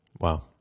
Wow